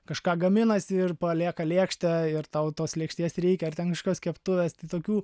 kažką gaminasi ir palieka lėkštę ir tau tos lėkštės reikia ar ten kažkokios keptuvės tai tokių